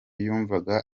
yumvaga